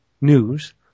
news